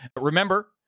Remember